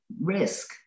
risk